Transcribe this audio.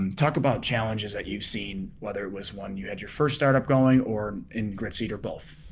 um talk about challenges that you've seen whether it was when you had your first startup going or in gritseed or both.